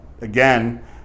again